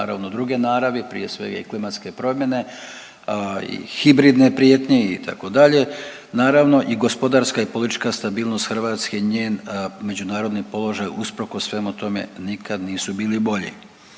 naravno druge naravi, prije svega klimatske promjene i hibridne prijetnje itd., naravno i gospodarska i politička stabilnost Hrvatske i njen međunarodni položaj usprkos svemu tome nikad nisu bili bolji.